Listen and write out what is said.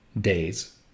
days